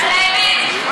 על האמת.